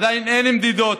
עדיין אין מדידות,